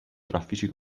traffici